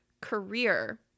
career